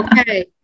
Okay